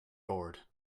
bored